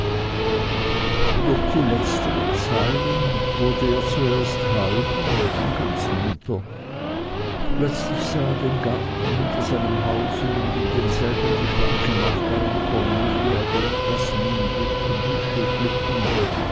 durch die letzteren zeilen wurde er zuerst halb und dann ganz munter plötzlich sah er den garten hinter seinem hause und in demselben die schlanke nachbarin cornelia durch die jasminbüsche schlüpfen